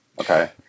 Okay